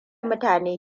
mutane